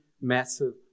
massive